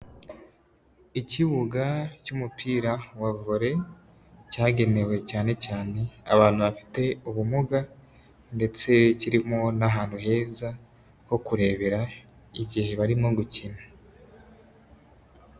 Ikibuga cy'umupira wa vore cyagenewe cyane cyane abantu bafite ubumuga ndetse kirimo n'ahantu heza ho kurebera igihe barimo gukina.